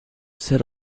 set